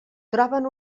troben